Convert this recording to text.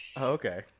Okay